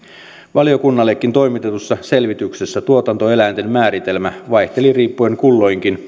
valiokunnallekin toimitetussa selvityksessä tuotantoeläimen määritelmä vaihteli riippuen kulloinkin